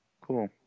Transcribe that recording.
Cool